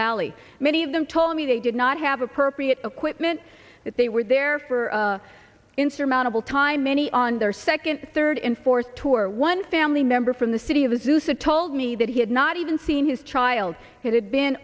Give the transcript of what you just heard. valley many of them told me they did not have appropriate equipment that they were there for insurmountable time many on their second third and fourth tour one family member from the city of the zeus that told me that he had not even seen his child it had been